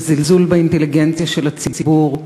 וזלזול באינטליגנציה של הציבור,